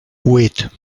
vuit